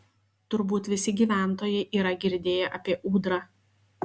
turbūt visi gyventojai yra girdėję apie ūdrą